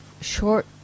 short